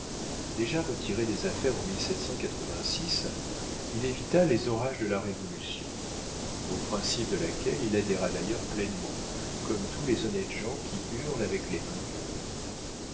déjà retiré des affaires en il évita les orages de la révolution aux principes de laquelle il adhéra d'ailleurs pleinement comme tous les honnêtes gens qui hurlent avec les vainqueurs